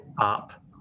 up